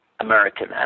American